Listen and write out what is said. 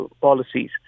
policies